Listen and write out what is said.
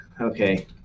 Okay